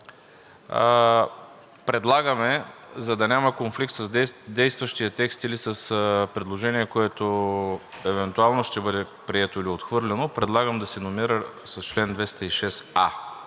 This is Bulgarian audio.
предлагаме, за да няма конфликт с действащия текст или предложение, което евентуално ще бъде прието или отхвърлено, да се номерира с чл. 206а,